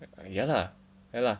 ya lah ya lah